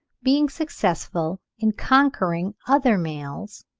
being successful in conquering other males,